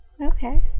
Okay